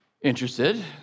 interested